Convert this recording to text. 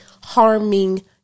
harming